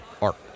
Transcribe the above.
art